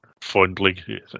fondly